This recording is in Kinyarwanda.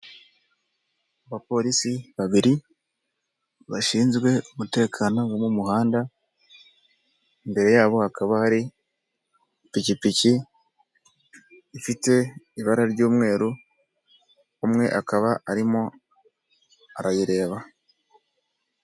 Abapolisi babiri bashinzwe umutekano mu muhanda, imbere yabo hakaba hari ipikipiki ifite ibara ry'umweru umwe akaba arimo arayireba.